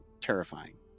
terrifying